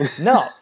No